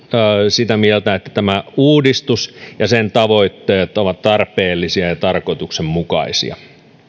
sitä mieltä että tämä uudistus ja sen tavoitteet ovat tarpeellisia ja ja tarkoituksenmukaisia